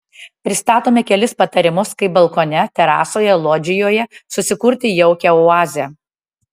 pristatome kelis patarimus kaip balkone terasoje lodžijoje susikurti jaukią oazę